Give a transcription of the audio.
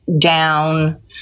down